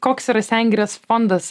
koks yra sengirės fondas